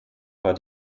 war